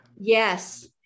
yes